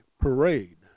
parade